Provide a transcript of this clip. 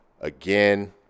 Again